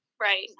Right